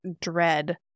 dread